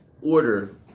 order